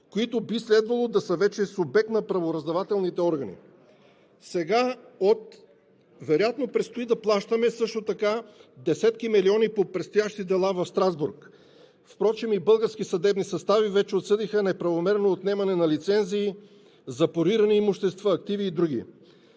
които би следвало да са вече субект на правораздавателните органи. Сега вероятно предстои да плащаме също така десетки милиони по предстоящи дела в Страсбург. Впрочем и български съдебни състави вече отсъдиха неправомерно отнемане на лицензи, запорирани имущества, активи и други.